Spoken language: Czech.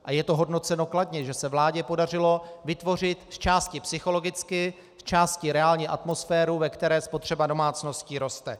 A je to hodnoceno kladně, že se vládě podařilo vytvořit zčásti psychologicky, zčásti reálně atmosféru, ve které spotřeba domácností roste.